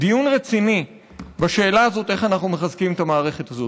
דיון רציני בשאלה איך אנחנו מחזקים את המערכת הזאת.